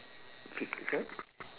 fif~ sorry